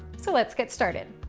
so let's get started.